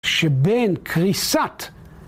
שבין קריסת